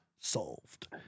solved